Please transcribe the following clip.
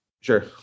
sure